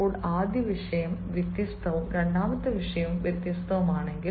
ചിലപ്പോൾ ആദ്യ വിഷയം വ്യത്യസ്തവും രണ്ടാമത്തെ വിഷയം വ്യത്യസ്തവുമാണ്